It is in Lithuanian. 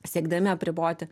siekdami apriboti